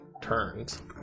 turns